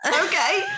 Okay